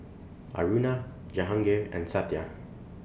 Aruna Jahangir and Satya